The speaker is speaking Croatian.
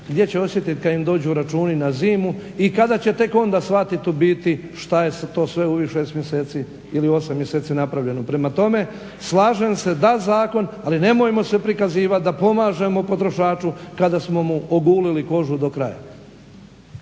gdje će osjetit kad im dođu računi na zimu, i kada će tek onda shvatit ubiti šta je se to sve u ovih 6 mjeseci ili 8 mjeseci napravljeno. Prema tome, slažem se da zakon, ali nemojmo se prikazivat da pomažemo potrošaču kada smo mu ogulili kožu do kraja.